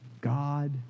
God